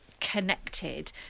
connected